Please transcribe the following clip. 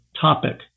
topic